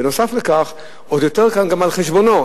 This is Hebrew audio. בנוסף לכך, עוד יותר קל, גם על חשבונו.